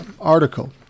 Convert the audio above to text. article